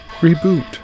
reboot